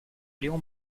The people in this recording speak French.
léon